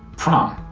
prom.